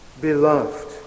Beloved